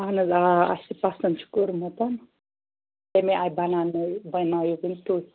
اَہن حظ آ اَسہِ یہِ پسند چھُ کوٚرمُت اَمے آیہِ بناونٲیِو بنٲیِو وَنہِ تُہۍ